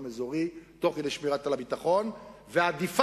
אזורי תוך כדי שמירה על הביטחון והדיפת